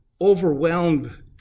overwhelmed